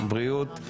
בריאות.